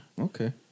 Okay